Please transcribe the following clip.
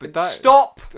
Stop